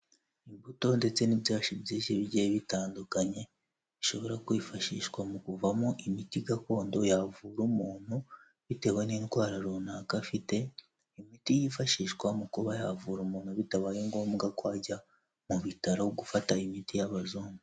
Imbuto ndetse n'ibyatsi byinshi bigiye bitandukanye, bishobora kwifashishwa mu kuvamo imiti gakondo yavura umuntu bitewe n'indwara runaka afite, imiti yifashishwa mu kuba yavura umuntu bitabaye ngombwa ko ajya mu bitaro gufata imiti y'abazungu.